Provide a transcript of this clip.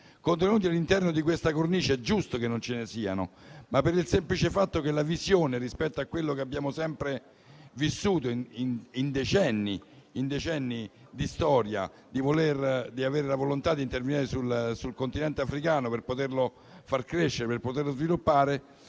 contenuti all'interno di questa cornice. È giusto che non ce ne siano, per il semplice fatto che la visione rispetto a quello che abbiamo sempre vissuto in decenni di storia, il voler intervenire sul Continente africano per poterlo far crescere e sviluppare,